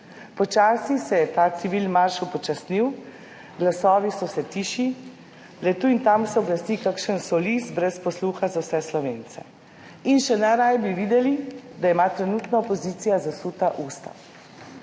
počasi ta civilmarš upočasnil, glasovi so vse tišji, le tu in tam se oglasi kakšen solist brez posluha za vse Slovence in še najraje bi videli, da ima trenutna opozicija zasuta usta.